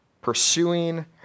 pursuing